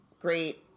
great